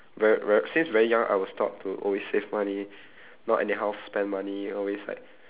very very since very young I was taught to always save money not anyhow spend money always like